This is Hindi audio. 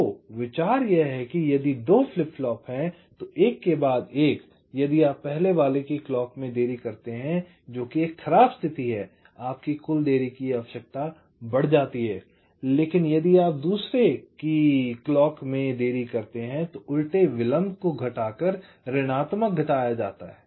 तो विचार यह है कि यदि 2 फ्लिप फ्लॉप है तो एक के बाद एक यदि आप पहले वाले की क्लॉक में देरी करते हैं जो एक खराब स्थिति है तो आपकी कुल देरी की आवश्यकता बढ़ जाती है लेकिन यदि आप दूसरे की घड़ी में देरी करते हैं तो उल्टे विलंब को घटाकर ऋणात्मक घटाया जाता है